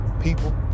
people